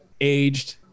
aged